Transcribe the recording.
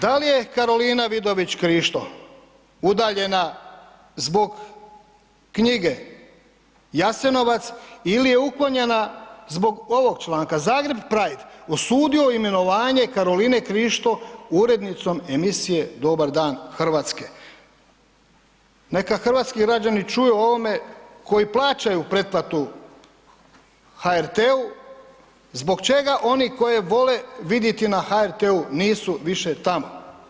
Da li je Karolina Vidović Krišto udaljena zbog knjige „Jasenovac“ ili je uklonjena zbog ovog članka, Zagreb pride osudio imenovanje Karoline Krišto urednicom emisije „Dobar dan Hrvatske“, neka hrvatski građani čuju o ovome koji plaćaju pretplatu HRT-u zbog čega oni koje vole vidjeti na HRT-u nisu više tamo.